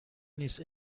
نیست